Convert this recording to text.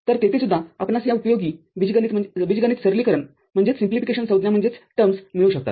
तर तेथे सुद्धा आपणास या उपयोगी बीजगणित सरलीकरणसंज्ञा मिळू शकतात